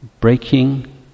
breaking